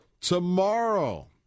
tomorrow